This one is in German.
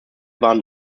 waren